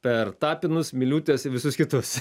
per tapinus miliūtes ir visus kitus